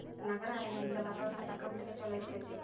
ನಗರ ಅರಣ್ಯದಿಂದ ವಾತಾವರಣ ತಕ್ಕಮಟ್ಟಿಗೆ ಚಲೋ ಇರ್ತೈತಿ